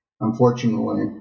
Unfortunately